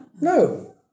No